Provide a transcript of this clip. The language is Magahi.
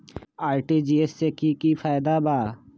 आर.टी.जी.एस से की की फायदा बा?